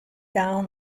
down